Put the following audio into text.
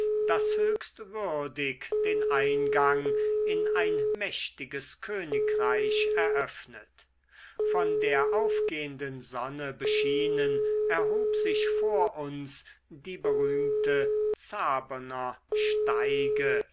das höchst würdig den eingang in ein mächtiges königreich eröffnet von der aufgehenden sonne beschienen erhob sich vor uns die berühmte zaberner steige